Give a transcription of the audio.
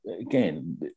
again